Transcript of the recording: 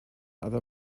other